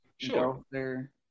Sure